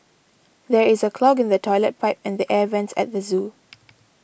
there is a clog in the Toilet Pipe and the Air Vents at the zoo